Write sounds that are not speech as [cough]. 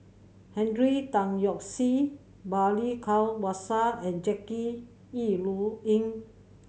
Henry Tan Yoke See Balli Kaur [unintelligible] and Jackie Yi Ru Ying